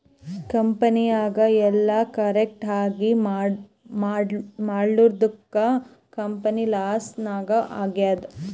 ಕಂಪನಿನಾಗ್ ಎಲ್ಲ ಕರೆಕ್ಟ್ ಆಗೀ ಮಾಡ್ಲಾರ್ದುಕ್ ಕಂಪನಿ ಲಾಸ್ ನಾಗ್ ಆಗ್ಯಾದ್